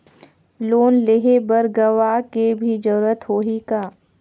Loan लेहे बर गवाह के भी जरूरत होही का?